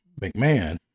McMahon